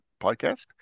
podcast